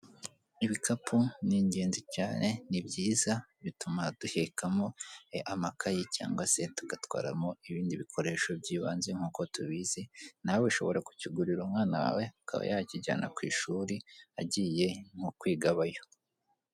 Ibikapu n'ingenzi cyane ni byiza bituma duhikamo amakayi cyangwa se tugatwaramo ibindi bikoresho by'ibanze, nk'uko tubizi nawe ushobora kukigurira umwana wawe akaba yakijyana ku ishuri agiye nko kwiga abayo.